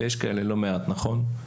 ויש כאלה לא מעט נכון?